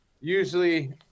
Usually